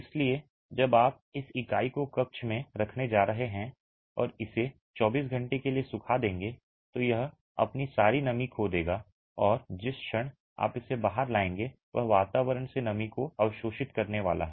इसलिए जब आप इस इकाई को कक्ष में रखने जा रहे हैं और इसे 24 घंटे के लिए सुखा देंगे तो यह अपनी सारी नमी खो देगा और जिस क्षण आप इसे बाहर लाएंगे वह वातावरण से नमी को अवशोषित करने वाला है